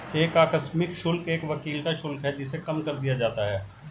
एक आकस्मिक शुल्क एक वकील का शुल्क है जिसे कम कर दिया जाता है